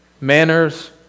manners